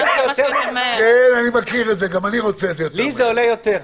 לי זה עולה יותר.